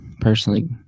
personally